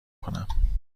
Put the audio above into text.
کنم